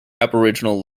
aboriginal